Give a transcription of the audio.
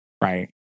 right